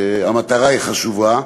המטרה היא חשובה.